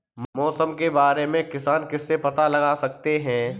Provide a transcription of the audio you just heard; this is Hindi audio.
मौसम के बारे में किसान किससे पता लगा सकते हैं?